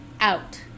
out